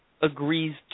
agrees